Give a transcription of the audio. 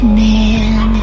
man